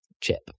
chip